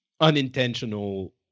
unintentional